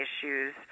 issues